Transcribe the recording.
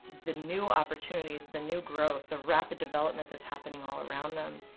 the new opportunities, the new growth, the rapid development that's happening all around them,